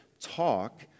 talk